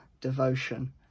devotion